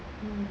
mm